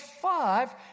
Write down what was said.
five